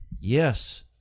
yes